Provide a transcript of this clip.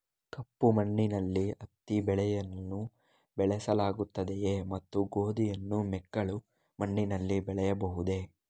ಕಪ್ಪು ಮಣ್ಣಿನಲ್ಲಿ ಹತ್ತಿ ಬೆಳೆಯನ್ನು ಬೆಳೆಸಲಾಗುತ್ತದೆಯೇ ಮತ್ತು ಗೋಧಿಯನ್ನು ಮೆಕ್ಕಲು ಮಣ್ಣಿನಲ್ಲಿ ಬೆಳೆಯಬಹುದೇ?